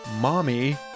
mommy